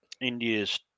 India's